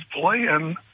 playing